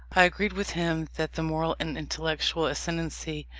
i agreed with him that the moral and intellectual ascendancy,